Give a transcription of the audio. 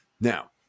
Now